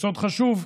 יסוד חשוב,